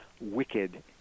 wicked